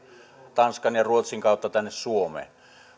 tanskan ja ruotsin kautta tänne suomeen